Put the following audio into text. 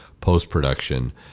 post-production